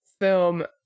film